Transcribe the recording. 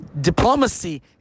diplomacy